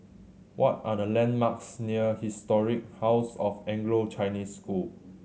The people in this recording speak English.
what are the landmarks near Historic House of Anglo Chinese School